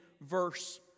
verse